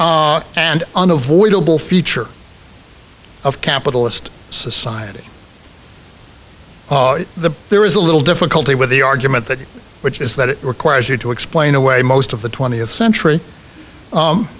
intrinsic and unavoidable feature of capitalist society the there is a little difficulty with the argument that which is that it requires you to explain away most of the twentieth century